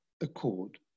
Accord